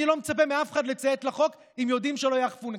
אני לא מצפה מאף אחד לציית לחוק אם יודעים שלא יאכפו לגביהם.